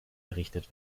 errichtet